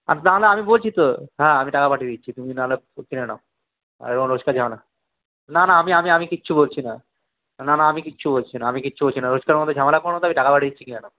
আরে তা না আমি বলছি তো হ্যাঁ আমি টাকা পাঠিয়ে দিচ্ছি তুমি নাহলে কিনে নাও এই রোজকার ঝামেলা না না আমি আমি আমি কিচ্ছু বলছি না না না আমি কিচ্ছু বলছি না আমি কিচ্ছু বলছি না রোজকার মতো ঝামেলা করো না তো আমি টাকা পাঠিয়ে দিচ্ছি কিনে নাও